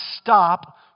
stop